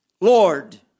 Lord